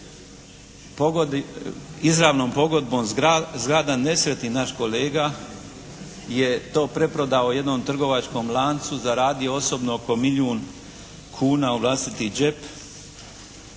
izravnom pogodbom zgrada nesretni naš kolega je to preprodao jednom trgovačkom lancu, zaradio osobno oko milijun kuna u vlastiti džep